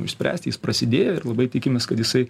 išspręsti jis prasidėjo ir labai tikimės kad jisai